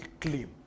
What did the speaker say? claim